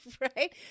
Right